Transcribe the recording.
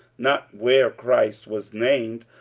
not where christ was named,